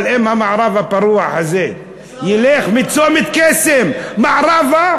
אבל אם המערב הפרוע הזה ילך מצומת קסם מערבה,